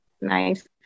nice